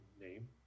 name